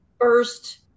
first